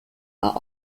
are